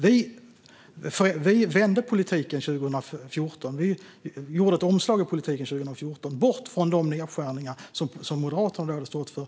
Vi vände politiken 2014 och gjorde ett omslag, bort från de nedskärningar som Moderaterna hade stått för.